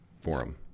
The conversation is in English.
forum